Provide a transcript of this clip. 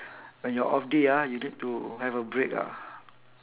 when your off day ah you need to have a break ah